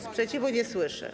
Sprzeciwu nie słyszę.